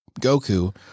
Goku